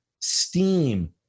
steam